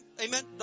amen